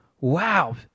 wow